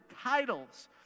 titles